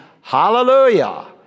Hallelujah